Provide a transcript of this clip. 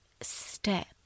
step